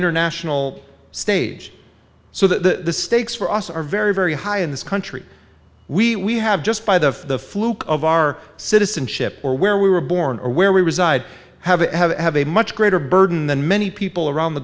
international stage so the stakes for us are very very high in this country we we have just by the fluke of our citizenship or where we were born or where we reside have have have a much greater burden than many people around the